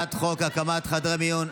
הצעת חוק הקמת חדרי מיון.